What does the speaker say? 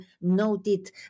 noted